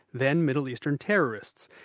then middle eastern terrorists.